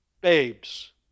Babes